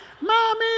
mommy